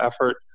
effort